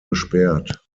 gesperrt